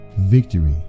victory